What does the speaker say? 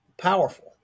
powerful